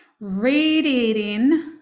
radiating